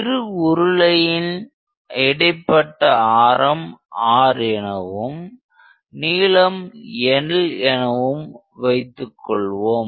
இரு உருளையின் இடைப்பட்ட ஆரம் r எனவும் நீளம் L எனவும் வைத்துக்கொள்வோம்